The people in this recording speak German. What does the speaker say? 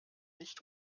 nicht